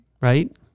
right